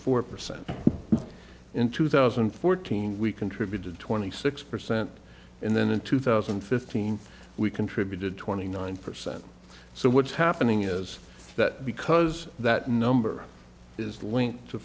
four percent in two thousand and fourteen we contributed twenty six percent and then in two thousand and fifteen we contributed twenty nine percent so what's happening is that because that number is the link to